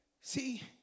See